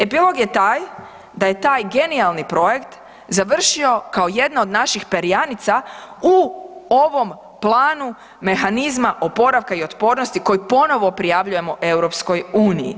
Epilog je taj da je taj genijalni projekt završio kao jedna od naših perjanica u ovom planu mehanizma oporavka i otpornosti koji ponovno prijavljujemo EU-u.